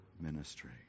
ministry